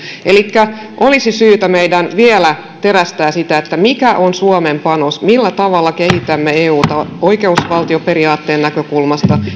elikkä meidän olisi syytä vielä terästää sitä mikä on suomen panos millä tavalla kehitämme euta oikeusvaltioperiaatteen näkökulmasta